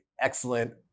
excellent